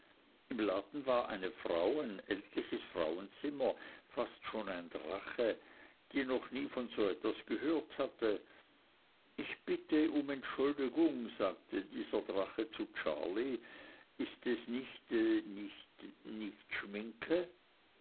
im laden war eine frau ein ältliches frauenzimmer fast schon ein drache die noch nie von so etwas gehört hatte ich bitte um entschuldigung sagt dieser drache zu charley ist es nicht nicht nicht schminke